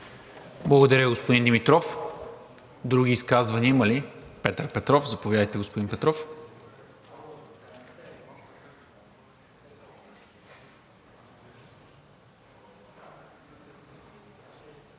Благодаря, господин Димитров. Други изказвания има ли? Петър Петров. Заповядайте, господин Петров.